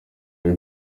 rero